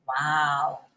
Wow